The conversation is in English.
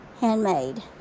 handmade